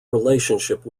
relationship